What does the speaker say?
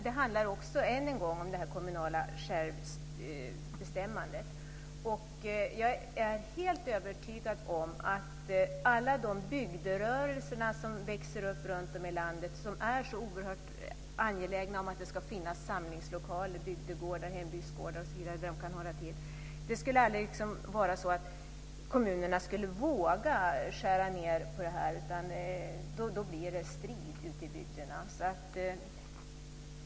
Det handlar än en gång om det kommunala självbestämmandet. Jag är helt övertygad om att alla de bygderörelser som växer upp runtom i landet är så oerhört angelägna om att det ska finnas samlingslokaler - bygdegårdar, hembygdsgårdar osv. - där de kan hålla till att kommunerna aldrig skulle våga skära ned på det här. Då blir det strid ute i bygderna.